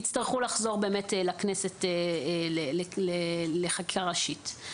יצטרכו לחזור לכנסת לחקיקה ראשית.